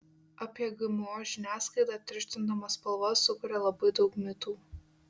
apie gmo žiniasklaida tirštindama spalvas sukuria labai daug mitų